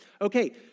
Okay